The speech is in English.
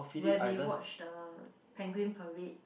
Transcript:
where we watch the penguin parade